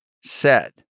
set